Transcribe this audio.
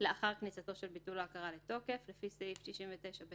לאחר כניסתו של ביטול ההכרה לתוקף לפי סעיף 69ב20,